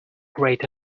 great